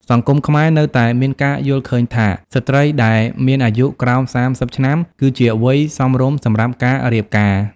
សង្គមខ្មែរនៅតែមានការយល់ឃើញថា ស្ត្រីដែលមានអាយុក្រោម ៣០ ឆ្នាំ គឺជា វ័យសមរម្យសម្រាប់ការរៀបការ។ ។